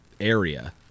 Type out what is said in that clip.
area